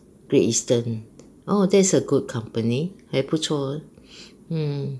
Great Eastern oh that's a good company 还不错 orh